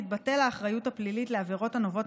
תתבטל האחריות הפלילית לעבירות הנובעות